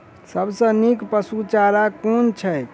सबसँ नीक पशुचारा कुन छैक?